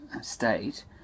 state